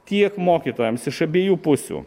tiek mokytojams iš abiejų pusių